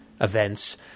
events